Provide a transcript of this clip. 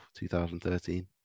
2013